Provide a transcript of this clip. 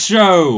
Show